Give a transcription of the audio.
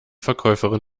verkäuferin